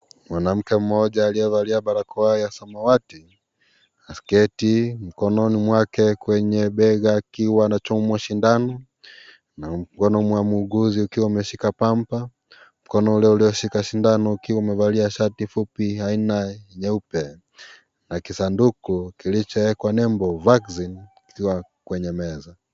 Mwanamke mmoja aliye valia barakoa ya samawati na sketi, mkononi mwake kwenye bega akiwa anachomwa sindano na mkono mwa muuguzi ukiwa umeshika pamba. Mkono ule ulioshika sindano ukiwa umevalia shati fupi aina nyeupe na kisanduki kilichowekwa nembo vaccine ukiwa kwenye meza.